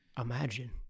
Imagine